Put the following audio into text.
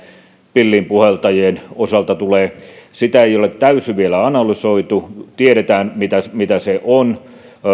pilliinpuhaltajien osalta tulee sitä ei ole täysin vielä analysoitu tiedetään mitä se on siellä